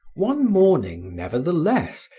one morning, nevertheless,